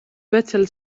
patel